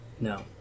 No